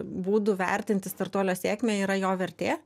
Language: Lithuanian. būdų vertinti startuolio sėkmę yra jo vertė